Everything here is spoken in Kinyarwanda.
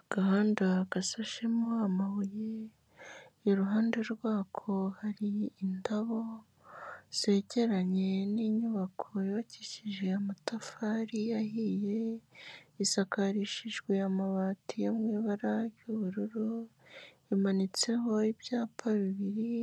Agahanda gasashemo amabuye, iruhande rwako hari indabo zegeranye n'inyubako yubakishije amatafari ahiye, isakarishijwe amabati yo mu ibara ry'ubururu, imanitseho ibyapa bibiri,